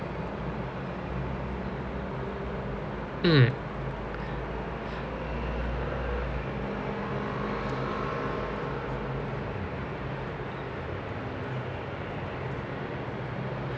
mm